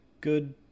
good